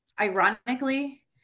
Ironically